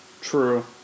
True